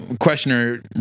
questioner